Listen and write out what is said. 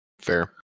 fair